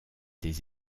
des